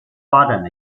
发展